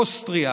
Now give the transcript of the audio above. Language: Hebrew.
אוסטריה,